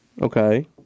Okay